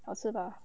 好吃吧